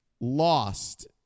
lost